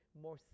more